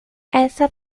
essa